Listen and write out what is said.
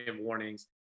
warnings